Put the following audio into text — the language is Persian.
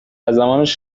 زمانش